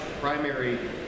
primary